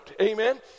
Amen